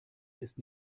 ist